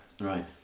right